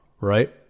right